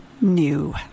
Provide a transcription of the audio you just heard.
New